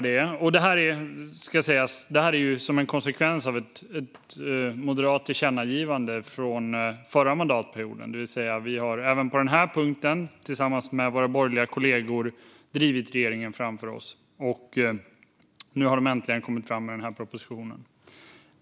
Det här är en konsekvens av ett moderat tillkännagivande från förra mandatperioden. Vi har alltså även på den här punkten tillsammans med våra borgerliga kollegor drivit regeringen framför oss. Och nu har de äntligen kommit fram med den här propositionen.